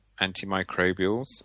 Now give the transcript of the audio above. antimicrobials